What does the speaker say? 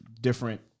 different